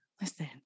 listen